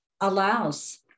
allows